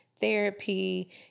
therapy